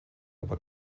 aber